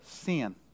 Sin